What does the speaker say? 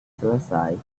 selesai